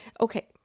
okay